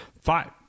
five